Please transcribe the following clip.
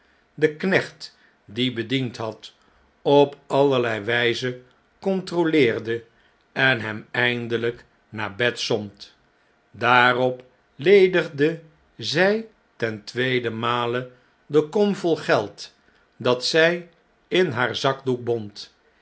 den knecht die bediend had op allerlei wgze controleerde en hem eindelp naar bed zond daarop ledigde zj ten tweede male de kom vol geld dat zjj in haar zakdoek bond